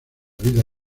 vida